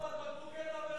לא, אבל בקבוקי תבערה.